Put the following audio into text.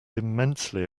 immensely